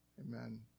Amen